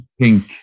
pink